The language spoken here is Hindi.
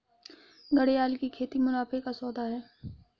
घड़ियाल की खेती मुनाफे का सौदा है